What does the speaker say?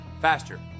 faster